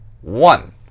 One